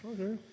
Okay